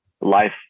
life